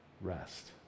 rest